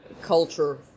culture